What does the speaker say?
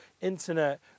internet